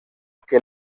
que